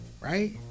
right